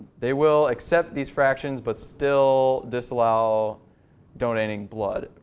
they will accept these fractions but still disallow donating blood.